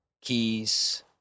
keys